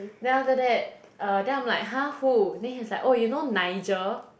then after that err then I'm like !huh! who then he was like oh you know Nigel